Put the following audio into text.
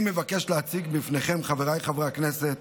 אני מבקש להציג בפניכם, חבריי חברי הכנסת,